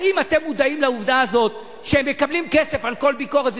האם אתם מודעים לעובדה הזאת שהם מקבלים כסף על כל ביקורת,